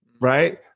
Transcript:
right